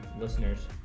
listeners